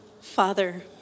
Father